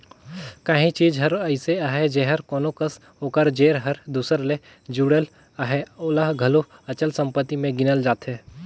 काहीं चीज हर अइसे अहे जेहर कोनो कस ओकर जेर हर दूसर ले जुड़ल अहे ओला घलो अचल संपत्ति में गिनल जाथे